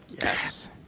Yes